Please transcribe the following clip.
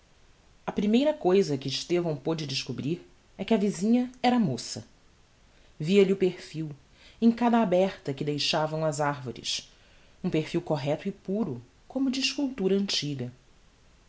a primeira cousa que estevão pôde descobrir é que a visinha era moça via-lhe o perfil em cada aberta que deixavam as arvores um perfil correcto e puro como de esculptura antiga